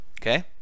okay